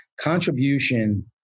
Contribution